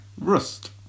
rust